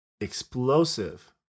explosive